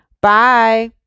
Bye